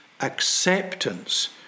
acceptance